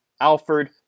Alfred